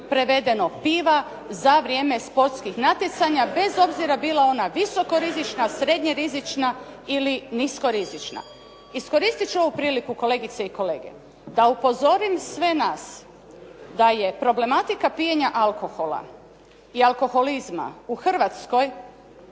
prevedeno piva za vrijeme sportskih natjecanja, bez obzira bila ona visokorizična, srednje rizična ili niskorizična. Iskoristiti ću ovu priliku kolegice i kolege da upozorim sve nas da je problematika pijenja alkohola i alkoholizma u Hrvatskoj